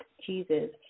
cheeses